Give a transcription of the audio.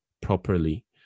properly